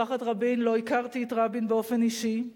משפחת רבין, לא הכרתי את רבין באופן אישי.